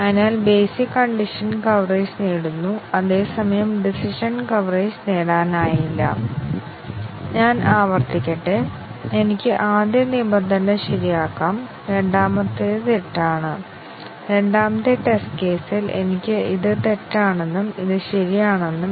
അതിനാൽ എനിക്ക് രണ്ട് ടെസ്റ്റ് കേസുകൾ അനുവദിക്കുക ഓൾട്ടർനേറ്റ് ടെസ്റ്റ് കേസുകൾ 15 ഉം 60 ഉം a 15 ഉം b 60 ഉം രണ്ടാമത്തെ ടെസ്റ്റ് കേസ് a 5 ഉം b 30 ഉം ആണ്